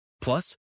Plus